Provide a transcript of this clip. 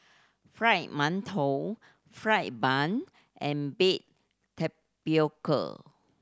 Fried Mantou fried bun and baked tapioca